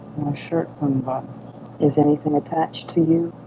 shirt's unbuttoned is anything attached to you?